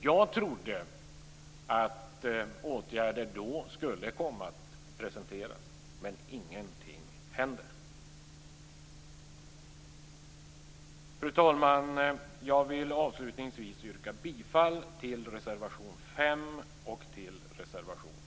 Jag trodde att åtgärder då skulle komma att presenteras, men ingenting händer. Fru talman! Jag vill avslutningsvis yrka bifall till reservation 5 och till reservation 12.